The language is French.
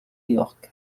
york